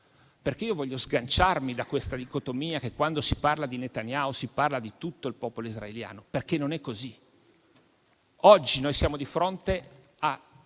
Io voglio sganciarmi dalla dicotomia per cui, quando si parla di Netanyahu, si parla di tutto il popolo israeliano, perché non è così. Oggi siamo di fronte al